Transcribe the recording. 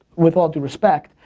with all due respect,